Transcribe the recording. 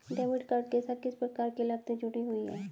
Debit card के साथ किस प्रकार की लागतें जुड़ी हुई हैं?